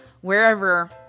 wherever